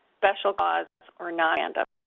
special cause, or non-random